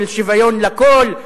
של שוויון לכול,